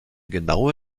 genaue